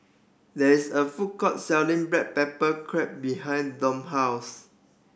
there is a food court selling black pepper crab behind Dom house